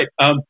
Right